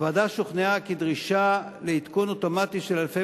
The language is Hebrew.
הוועדה שוכנעה כי דרישה לעדכון אוטומטי של אלפי